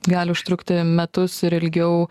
gali užtrukti metus ir ilgiau